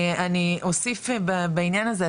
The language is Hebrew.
אני אוסיף בעניין הזה,